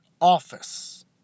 office